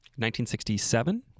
1967